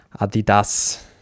Adidas